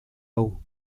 hau